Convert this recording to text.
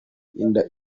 inda